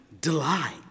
delight